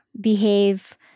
behave